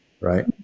right